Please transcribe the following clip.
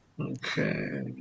Okay